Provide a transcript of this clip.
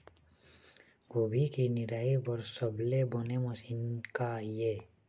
गोभी के निराई बर सबले बने मशीन का ये?